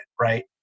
right